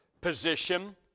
position